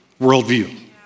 worldview